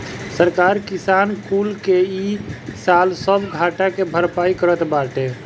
सरकार किसान कुल के इ साल सब घाटा के भरपाई करत बाटे